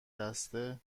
دسته